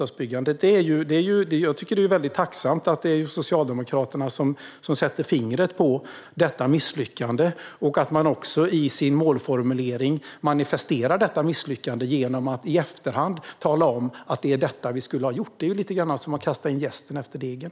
Det är tacknämligt att Socialdemokraterna sätter fingret på detta misslyckande och att de i sin målformulering också manifesterar detta misslyckande genom att i efterhand tala om att det är detta de skulle ha gjort. Det är som att kasta in jästen efter degen.